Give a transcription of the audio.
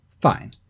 Fine